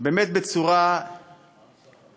באמת בצורה ידידותית,